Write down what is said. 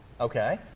Okay